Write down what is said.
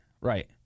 right